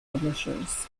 publishers